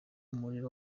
umuriro